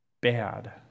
bad